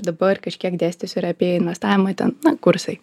dabar kažkiek dėstysiu ir apie investavimą ten kursai